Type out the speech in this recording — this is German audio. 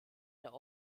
der